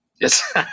yes